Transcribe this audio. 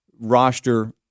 roster